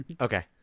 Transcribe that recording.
Okay